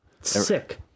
Sick